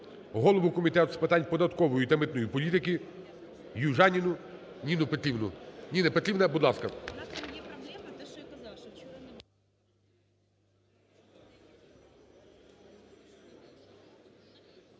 голову Комітету з питань податкової та митної політикиЮжаніну Ніну Петрівну. Ніна Петрівна, будь ласка.